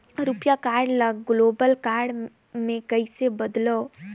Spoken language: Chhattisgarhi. रुपिया कारड ल ग्लोबल कारड मे कइसे बदलव?